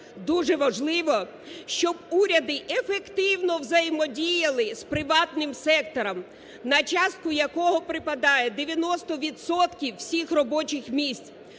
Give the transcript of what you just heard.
Дуже важливо, щоб уряди ефективно взаємодіяли з приватним сектором, на частку якого припадає 90 відсотків всіх робочих місць.